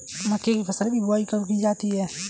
मक्के की फसल की बुआई कब की जाती है?